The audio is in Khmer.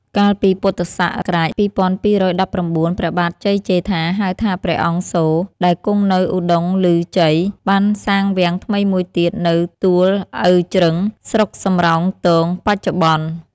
កាលពីព.ស. ២២១៩ ព្រះបាទជ័យជេដ្ឋា (ហៅថា ព្រះអង្គសូរ) ដែលគង់នៅឧត្តុង្គឮជ័យ បានសាងវាំងថ្មីមួយទៀតនៅ ទូលឪជ្រឹង (ស្រុកសំរោងទងបច្ចុប្បន្ន)។